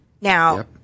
Now